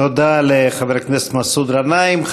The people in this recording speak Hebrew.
תודה לחבר הכנסת מסעוד גנאים.